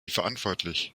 verantwortlich